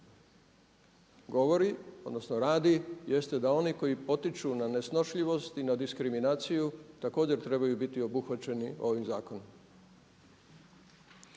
govori, odnosno radi jeste da oni koji potiču na nesnošljivost na diskriminaciju također treba biti obuhvaćeni ovim zakonom.